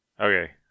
okay